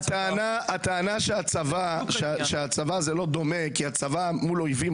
הטענה שהצבא זה לא דומה כי הצבא הוא מול אויבים,